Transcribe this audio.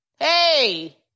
hey